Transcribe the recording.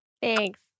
Thanks